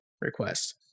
request